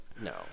No